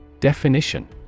Definition